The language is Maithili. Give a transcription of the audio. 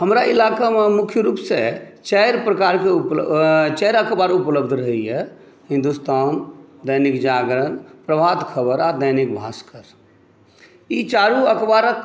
हमरा इलाकामे मुख्य रूप से चारि प्रकारके उपलब्ध चारि अखबार उपलब्ध रहैए हिन्दुस्तान दैनिक जागरण प्रभात खबर आ दैनिक भास्कर ई चारू अखबारक